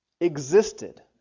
existed